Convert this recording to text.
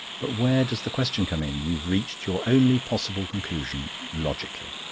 but where does the question come in? you've reached your only possible conclusion logically,